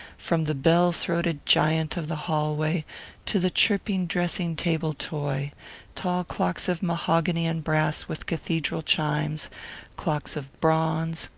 from the bell-throated giant of the hallway to the chirping dressing-table toy tall clocks of mahogany and brass with cathedral chimes clocks of bronze,